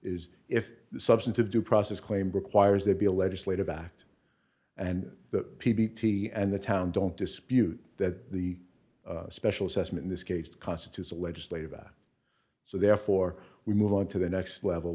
is if the substantive due process claim requires there be a legislative act and the p b t and the town don't dispute that the special session in this case constitutes a legislative out so therefore we move on to the next level